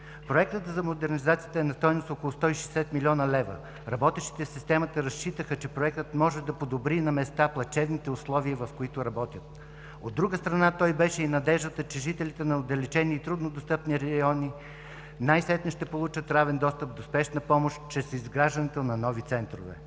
Проектът за модернизацията е на стойност около 160 млн. лв. Работещите в системата разчитаха, че Проектът може да подобри на места плачевните условия, в които работят. От друга страна, той беше и надеждата, че жителите на отдалечени и труднодостъпни райони ще получат най-сетне равен достъп до спешна помощ чрез изграждането на нови центрове.